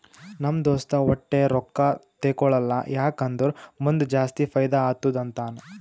ನಮ್ ದೋಸ್ತ ವಟ್ಟೆ ರೊಕ್ಕಾ ತೇಕೊಳಲ್ಲ ಯಾಕ್ ಅಂದುರ್ ಮುಂದ್ ಜಾಸ್ತಿ ಫೈದಾ ಆತ್ತುದ ಅಂತಾನ್